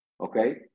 Okay